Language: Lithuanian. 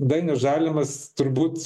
dainius žalimas turbūt